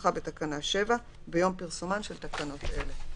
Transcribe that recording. כנוסחה בתקנה 7 ביום פרסומן של תקנות אלו.